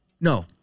No